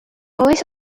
always